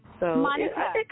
Monica